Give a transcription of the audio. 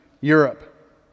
Europe